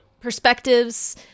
perspectives